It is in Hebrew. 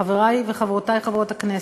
חברי וחברותי חברות הכנסת,